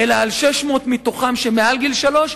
אלא על 600 מתוכם שמעל גיל שלוש,